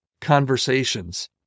conversations